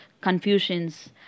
confusions